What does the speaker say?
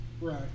Right